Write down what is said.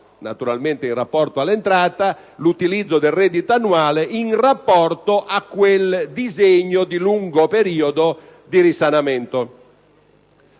naturalmente in rapporto all'entrata, cioè l'utilizzo del reddito annuale in rapporto a quel disegno di risanamento